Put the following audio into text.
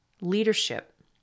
leadership